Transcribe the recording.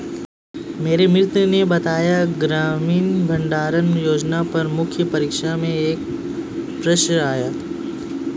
मेरे मित्र ने बताया ग्रामीण भंडारण योजना पर मुख्य परीक्षा में एक प्रश्न आया